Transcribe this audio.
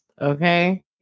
Okay